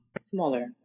Smaller